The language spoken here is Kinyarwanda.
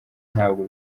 ntabwo